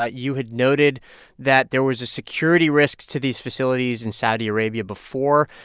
ah you had noted that there was a security risk to these facilities in saudi arabia before.